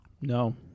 No